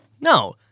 No